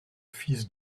fils